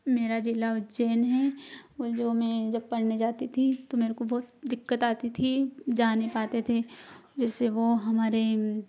मेरा ज़िला उज्जैन हैं वह जो मैं जब पढ़ने जाती थी तो मेरे को बहुत दिक्कत आती थी जा नहीं पाते थे जिससे वह हमारे